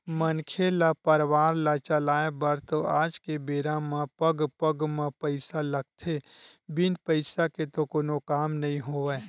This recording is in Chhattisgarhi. मनखे ल परवार ल चलाय बर तो आज के बेरा म पग पग म पइसा लगथे बिन पइसा के तो कोनो काम नइ होवय